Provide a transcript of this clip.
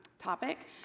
topic